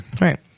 Right